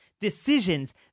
decisions